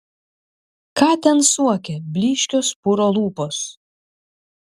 ką ten suokia blyškios puro lūpos